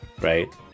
right